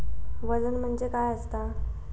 वजन म्हणजे काय असता?